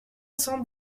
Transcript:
cent